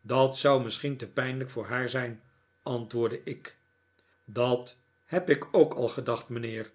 dat zou misschien te pijnlijk voor haar zijn antwoordde ik dat heb ik ook al gedacht mijnheer